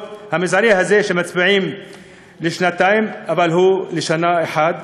המזערי הזה, שמצביעים על שנתיים אבל הוא לשנה אחת,